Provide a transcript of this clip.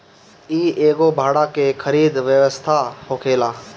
इ एगो भाड़ा के खरीद व्यवस्था होखेला